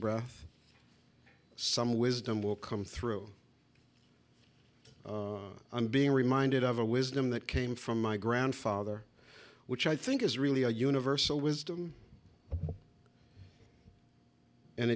breath some wisdom will come through i'm being reminded of a wisdom that came from my grandfather which i think is really a universal wisdom and